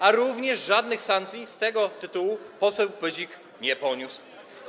A również żadnych sankcji z tego tytułu poseł Pyzik nie poniósł.